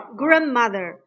grandmother